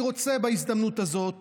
אני רוצה בהזדמנות הזאת